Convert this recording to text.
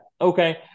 Okay